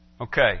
Okay